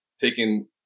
taking